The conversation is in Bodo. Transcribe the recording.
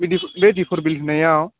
बे दिपर बै दिपर बिल होननायाव